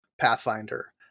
Pathfinder